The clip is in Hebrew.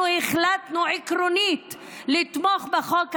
אנחנו החלטנו עקרונית לתמוך בחוק הזה,